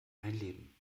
einleben